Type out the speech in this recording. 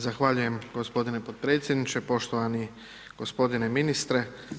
Zahvaljujem gospodine potpredsjedniče, poštovani gospodine ministre.